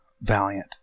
Valiant